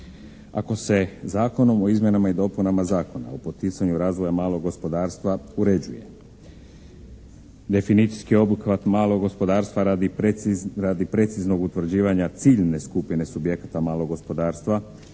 Ako se Zakonom o izmjenama i dopunama Zakona o poticanju razvoja malog gospodarstva uređuje definicijski obuhvat malog gospodarstva radi preciznog utvrđivanja ciljne skupine subjekata malog gospodarstva